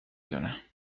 دونه